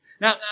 Now